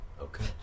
okay